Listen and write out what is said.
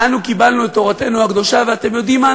אנו קיבלנו את תורתנו הקדושה, ואתם יודעים מה?